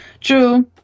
True